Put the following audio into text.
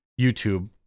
YouTube